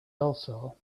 also